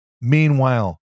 Meanwhile